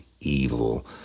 evil